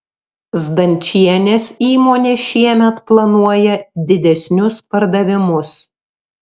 zdančienės įmonė šiemet planuoja didesnius pardavimus